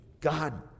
God